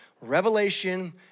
revelation